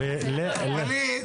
ווליד.